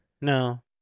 No